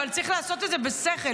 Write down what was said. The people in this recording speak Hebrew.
אבל צריך לעשות את זה בשכל,